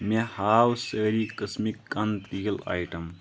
مےٚ ہاو سٲرِی قسمٕکۍ کن تیٖل آیٹم